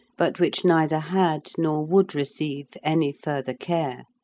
but which neither had nor would receive any further care.